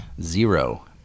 zero